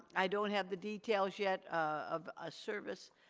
i don't have the details yet of a service,